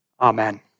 Amen